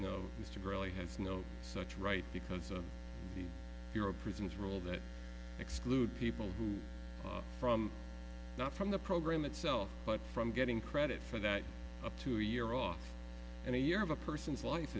has no such right because of the euro prisons role that exclude people who are from not from the program itself but from getting credit for that up to a year off and a year of a person's life